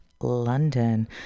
London